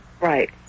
Right